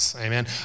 Amen